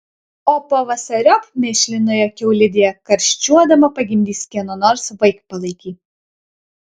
o pavasariop mėšlinoje kiaulidėje karščiuodama pagimdys kieno nors vaikpalaikį